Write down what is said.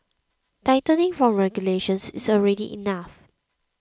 tightening from regulations is already enough